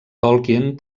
tolkien